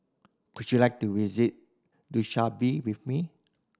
could you like to visit Dushanbe with me